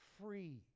free